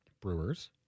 Brewers